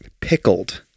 pickled